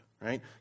right